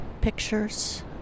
pictures